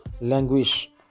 Language